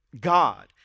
God